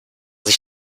sich